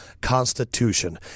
constitution